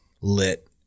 lit